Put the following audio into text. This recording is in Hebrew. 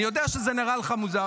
אני יודע שזה נראה לך מוזר.